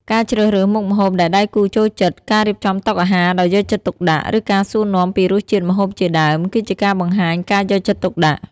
ការជ្រើសរើសមុខម្ហូបដែលដៃគូចូលចិត្ត ការរៀបចំតុអាហារដោយយកចិត្តទុកដាក់ ឬការសួរនាំពីរសជាតិម្ហូបជាដើម គឺជាការបង្ហាញការយកចិត្តទុកដាក់។